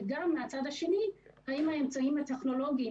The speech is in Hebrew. וגם מהצד השני אם האמצעים הטכנולוגיים